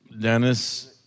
Dennis